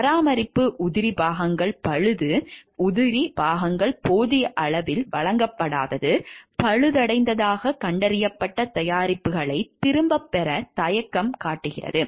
பராமரிப்பு உதிரிபாகங்கள் பழுது உதிரி பாகங்கள் போதிய அளவில் வழங்கப்படாதது பழுதடைந்ததாகக் கண்டறியப்பட்ட தயாரிப்புகளை திரும்பப் பெறத் தயக்கம் உள்ளது